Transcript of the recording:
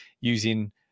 using